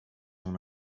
اونو